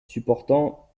supportant